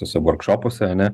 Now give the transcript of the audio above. tuose vorkšopuose ane